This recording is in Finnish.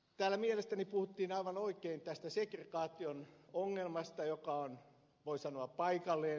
täällä mielestäni puhuttiin aivan oikein tästä segregaation ongelmasta joka on voi sanoa paikallinen